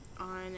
on